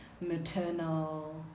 maternal